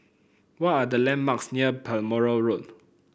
what are the landmarks near Balmoral Road